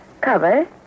Cover